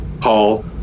Paul